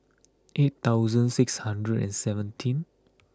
eight thousand six hundred and seventeen